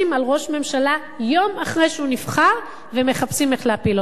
ראש ממשלה יום אחרי שהוא נבחר ומחפשים איך להפיל אותו.